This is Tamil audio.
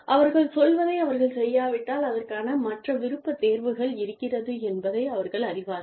அவர்கள் சொல்வதை அவர்கள் செய்யாவிட்டால் அதற்கான மற்ற விருப்பத் தேர்வுகள் இருக்கிறது என்பதை அவர்கள் அறிவார்கள்